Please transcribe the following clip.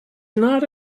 not